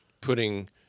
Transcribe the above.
putting